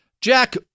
Jack